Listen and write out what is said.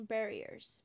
Barriers